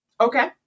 Okay